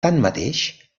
tanmateix